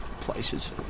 places